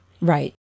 Right